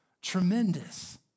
tremendous